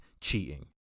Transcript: cheating